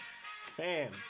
fam